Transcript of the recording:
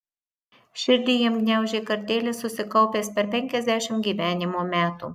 širdį jam gniaužė kartėlis susikaupęs per penkiasdešimt gyvenimo metų